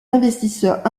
investisseurs